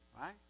right